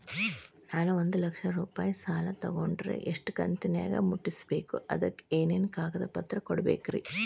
ನಾನು ಒಂದು ಲಕ್ಷ ರೂಪಾಯಿ ಸಾಲಾ ತೊಗಂಡರ ಎಷ್ಟ ಕಂತಿನ್ಯಾಗ ಮುಟ್ಟಸ್ಬೇಕ್, ಅದಕ್ ಏನೇನ್ ಕಾಗದ ಪತ್ರ ಕೊಡಬೇಕ್ರಿ?